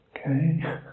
Okay